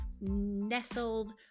nestled